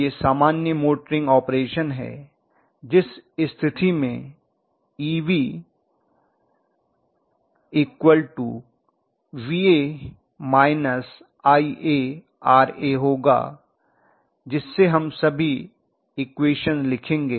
यह सामान्य motoring operation है जिस स्थिति में Eb Va IaRa होगा जिससे हम सभी इक्वेश़न लिखेंगे